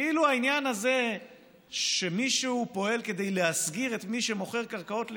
כאילו העניין הזה שמישהו פועל כדי להסגיר את מי שמוכר קרקעות ליהודים,